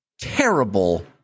terrible